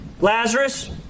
Lazarus